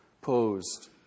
posed